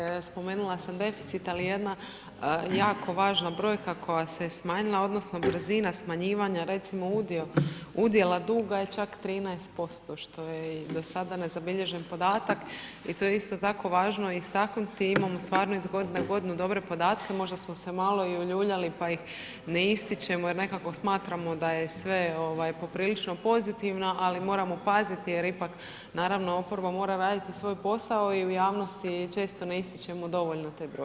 Da, u pravu ste, spomenula sam deficit ali jedna jako važna brojka koja se smanjila odnosno brzina smanjivanja recimo udio udjela duga je čak 13% što je do sada nezabilježen podatak i to je isto tako važno istaknuti, imamo stvarno iz godine u godinu dobre podatke, možda smo se malo i uljuljali pa ih ne ističemo jer nekako smatramo da je sve poprilično pozitivno ali moramo paziti jer ipak naravno oporba mora raditi svoj posao i u javnosti često ne ističemo dovoljno te brojke.